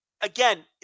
Again